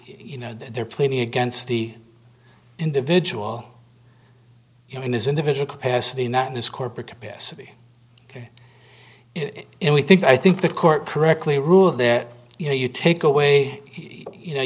you know there are plenty against the individual in this individual capacity not this corporate capacity and we think i think the court correctly rule that you know you take away you know